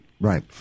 Right